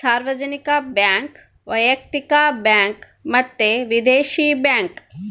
ಸಾರ್ವಜನಿಕ ಬ್ಯಾಂಕ್, ವೈಯಕ್ತಿಕ ಬ್ಯಾಂಕ್ ಮತ್ತೆ ವಿದೇಶಿ ಬ್ಯಾಂಕ್